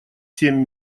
семь